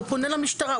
הוא פונה למשטרה.